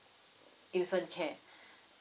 infant care